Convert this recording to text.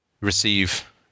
receive